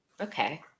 Okay